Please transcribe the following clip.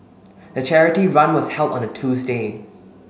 the charity run was held on a Tuesday